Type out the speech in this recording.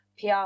PR